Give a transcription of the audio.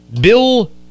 Bill